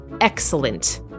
excellent